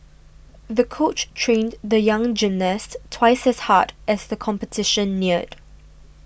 the coach trained the young gymnast twice as hard as the competition neared